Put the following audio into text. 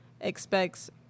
expects